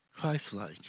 Christlike